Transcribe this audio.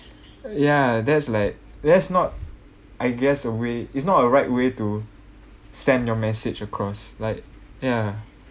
ya that's like there's not I guess the way it's not a right way to send your message across like ya